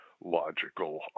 logical